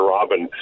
Robin